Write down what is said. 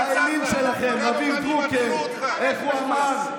האליל שלכם, רביב דרוקר, איך הוא אמר: